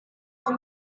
aho